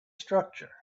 structure